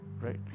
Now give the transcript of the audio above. right